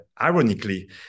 ironically